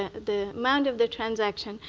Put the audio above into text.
the amount of the transaction,